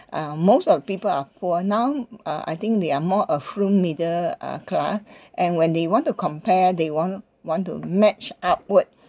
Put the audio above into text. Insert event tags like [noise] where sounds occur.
um most of the people are poor now uh I think they are more affluent middle uh class [breath] and when they want to compare they want want to match upward